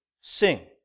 sing